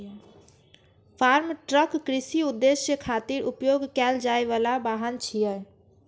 farm truck कृषि उद्देश्य खातिर उपयोग कैल जाइ बला वाहन छियै